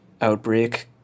outbreak